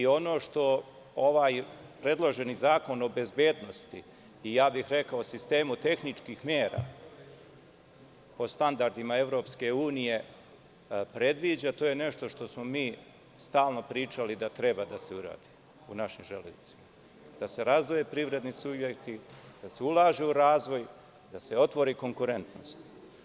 Ono što ovaj predloženi zakon o bezbednosti, i ja bih rekao sistemu tehničkih mera po standardima EU predviđa, to je nešto što smo mi stalno pričali da treba da se uradi u našoj železnici, da se razdvoje privredni subjekti, da se ulaže u razvoj i otvori konkurentnost.